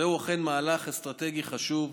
זהו אכן מהלך אסטרטגי חשוב,